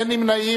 אין נמנעים.